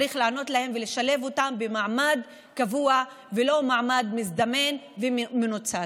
צריך להיענות להם ולשלב אותם במעמד קבוע ולא מעמד מזדמן ומנוצל.